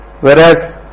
Whereas